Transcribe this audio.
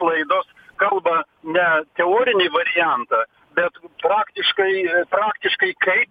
laidos kalba ne teorinį variantą bet praktiškai praktiškai kai